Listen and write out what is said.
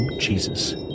Jesus